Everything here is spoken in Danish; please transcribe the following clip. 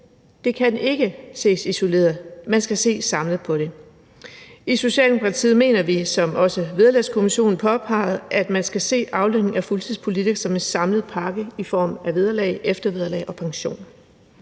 det kan ikke ses isoleret, man skal se samlet på det. I Socialdemokratiet mener vi, som også Vederlagskommissionen påpegede, at man skal se aflønningen af fuldtidspolitikere som en samlet pakke i form af vederlag, eftervederlag og pension.